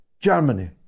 Germany